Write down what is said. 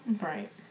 Right